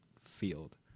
field